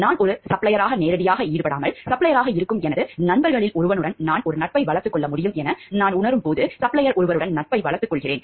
நான் ஒரு சப்ளையராக நேரடியாக ஈடுபடாமல் சப்ளையராக இருக்கும் எனது நண்பர்களில் ஒருவருடன் நான் ஒரு நட்பை வளர்த்துக் கொள்ள முடியும் என நான் உணரும்போது சப்ளையர் ஒருவருடன் நட்பை வளர்த்துக் கொள்கிறேன்